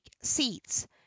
seats